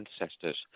ancestors